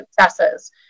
successes